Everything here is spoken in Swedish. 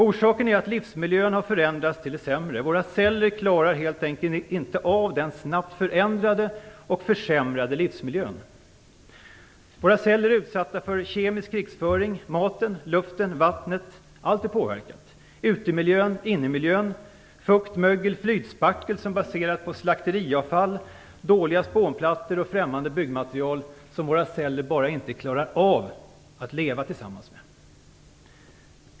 Orsaken är att livsmiljön har förändrats till det sämre. Våra celler klarar helt enkelt inte av den snabbt förändrade och försämrade livsmiljön. Våra celler är utsatta för en kemisk krigföring. Maten, luften och vattnet - ja, allt - påverkas. Det gäller utemiljön och innemiljön. Det finns fukt, mögel, flytspackel som är baserat på slakteriavfall, dåliga spånplattor och främmande byggmaterial som våra celler inte klarar av att leva tillsammans med.